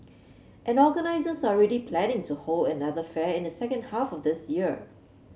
and organisers are already planning to hold another fair in the second half of this year